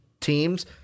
teams